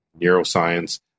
neuroscience